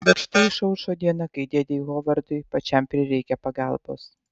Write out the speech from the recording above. bet štai išaušo diena kai dėdei hovardui pačiam prireikia pagalbos